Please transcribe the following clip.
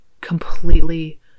completely